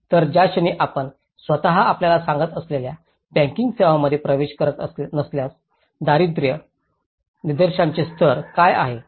तर ज्या क्षणी आपण स्वतःच आपल्याला सांगत असलेल्या बँकिंग सेवांमध्ये प्रवेश करत नसल्यास दारिद्र्य निर्देशांचे स्तर काय आहे